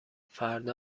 فردا